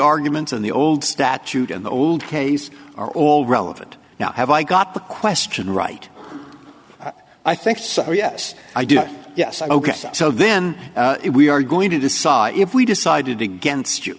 arguments on the old statute and the old case are all relevant now have i got the question right i think so yes i do yes ok so then if we are going to decide if we decided against you